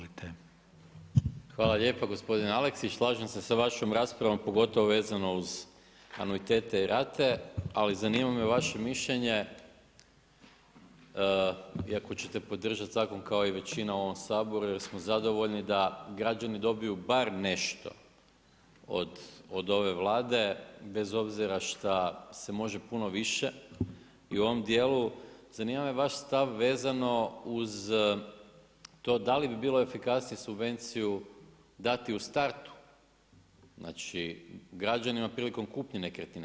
Hvala lijepo gospodine Aleksić, slažem se sa vašom raspravom, pogotovo vezano uz anuitete i rate, ali zanima me vaše mišljenje, i ako ćete podržati zakon kao i većina u ovom Saboru, jer smo zadovoljni da građani dobiju bar nešto od ove Vlade, bez obzira šta se može puno više i u ovom dijelu, zanima me vaš stav vezano uz to da li bi bilo efikasnije subvenciju dati u startu, znači građanima prilikom kupnje nekretnine.